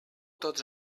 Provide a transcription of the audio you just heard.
tots